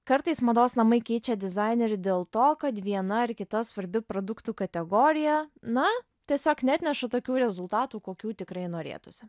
kartais mados namai keičia dizainerį dėl to kad viena ar kita svarbi produktų kategorija na tiesiog neatneša tokių rezultatų kokių tikrai norėtųsi